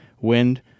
wind